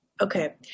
okay